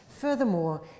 Furthermore